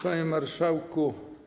Panie Marszałku!